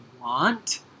want